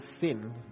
sin